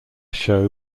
show